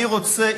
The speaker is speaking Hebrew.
רוצה,